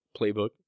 playbook